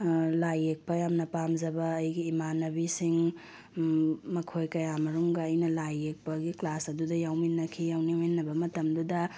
ꯂꯥꯏ ꯌꯦꯛꯄ ꯌꯥꯝꯅ ꯄꯥꯝꯖꯕ ꯑꯩꯒꯤ ꯏꯃꯥꯟꯅꯕꯤꯁꯤꯡ ꯃꯈꯣꯏ ꯀꯌꯥ ꯃꯔꯨꯝꯒ ꯑꯩꯅ ꯂꯥꯏ ꯌꯦꯛꯄꯒꯤ ꯀ꯭ꯂꯥꯁ ꯑꯗꯨꯗ ꯌꯥꯎꯃꯤꯟꯅꯈꯤ ꯌꯥꯎꯃꯤꯟꯅꯕ ꯃꯇꯝꯗꯨꯗ